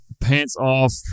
pants-off